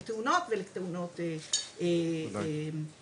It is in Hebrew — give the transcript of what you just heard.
בתאונות ובתאונות קטלניות.